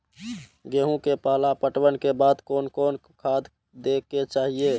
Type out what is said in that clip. गेहूं के पहला पटवन के बाद कोन कौन खाद दे के चाहिए?